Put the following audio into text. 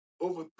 over